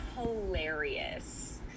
hilarious